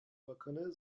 bakanı